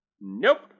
nope